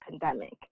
pandemic